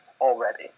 already